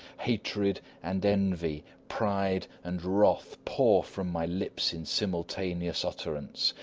hatred and envy, pride and wrath, pour from my lips in simultaneous utterance.